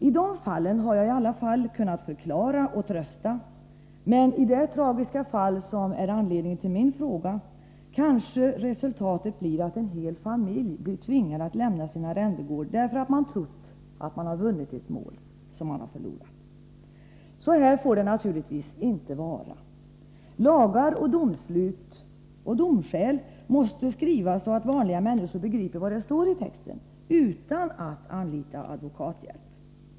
I de fallen har jag åtminstone kunnat förklara och trösta. Men i det tragiska fall som är anledningen till min fråga kanske resultatet blir, att en hel familj tvingas lämna sin arrendegård — man har trott att man har vunnit ett mål, som man har förlorat. Så här får det naturligtvis inte vara! Lagar, domslut och domskäl måste skrivas så att vanliga människor begriper vad det står i texten utan att behöva anlita advokathjälp.